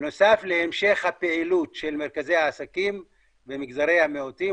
נוסף להמשך הפעילות של מרכזי העסקים במגזרי המיעוטים,